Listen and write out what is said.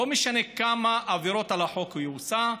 לא משנה כמה עבירות על החוק היא עושה,